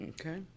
Okay